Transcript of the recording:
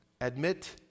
Admit